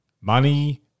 money